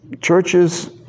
churches